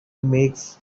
makes